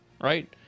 right